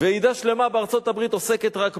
ועידה שלמה בארצות-הברית עוסקת רק בו,